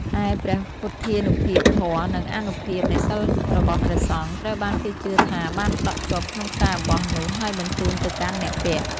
ឯ ព្រះពុទ្ធានុភាព ធម៌ និងអានុភាពនៃសីលរបស់ព្រះសង្ឃ ត្រូវបានគេជឿថាបានដក់ជាប់ក្នុងខ្សែអំបោះនោះ ហើយបញ្ជូនទៅកាន់អ្នកពាក់។